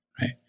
Right